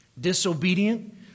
disobedient